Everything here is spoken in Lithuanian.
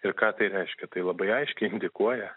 ir ką tai reiškia tai labai aiškiai indikuoja